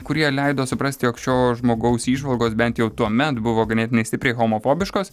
kurie leido suprasti jog šio žmogaus įžvalgos bent jau tuomet buvo ganėtinai stipriai homofobiškos